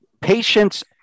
Patients